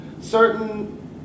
certain